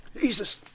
Jesus